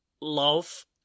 love